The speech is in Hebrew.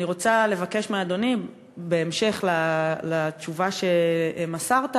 אני רוצה לבקש מאדוני, בהמשך לתשובה שמסרת,